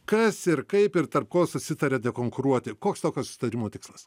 kas ir kaip ir tarp ko susitaria nekonkuruoti koks tokio susitarimo tikslas